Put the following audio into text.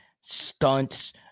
stunts